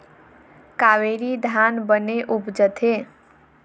कावेरी धान बने उपजथे?